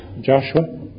Joshua